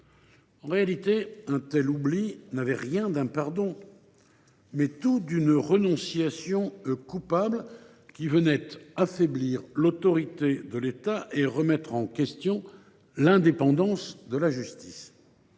En réalité, un tel oubli n’avait rien d’un pardon, mais tout d’une renonciation coupable venant affaiblir l’autorité de l’État et remettre en question l’indépendance de la justice.